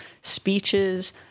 speeches